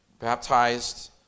baptized